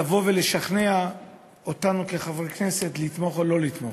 לשכנע אותנו, חברי הכנסת, לתמוך או לא לתמוך.